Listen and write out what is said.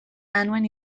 anuen